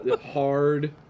hard